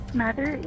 mother